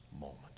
moment